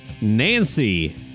Nancy